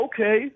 okay